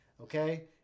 okay